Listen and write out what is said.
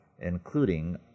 including